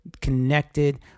connected